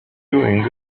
doing